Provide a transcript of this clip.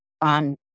on